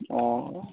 অঁ